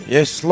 Yes